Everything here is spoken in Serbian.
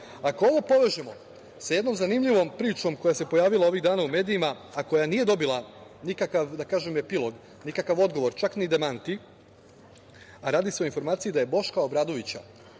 ako ovo povežemo sa jednom zanimljivom pričom koja se pojavila ovih dana u medijima, a koja nije dobila nikakav, da kažem, epilog, nikakav odgovor, čak ni demanti, a radi se o informaciji da je Boška Obradovića